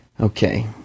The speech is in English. Okay